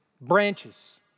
branches